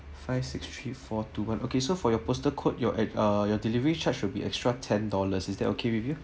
five six three four two one okay so for your postal code your uh your delivery charge will be extra ten dollars is that okay with you